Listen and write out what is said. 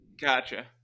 Gotcha